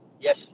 Yes